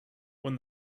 when